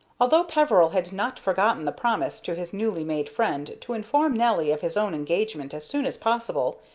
although peveril had not forgotten the promise to his newly made friend to inform nelly of his own engagement as soon as possible,